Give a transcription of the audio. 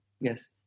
Yes